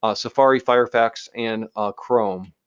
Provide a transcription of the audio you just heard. ah safari, firefox, and chrome.